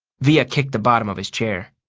via kicked the bottom of his chair.